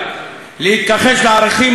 להתכחש לערכים הארכיאולוגיים,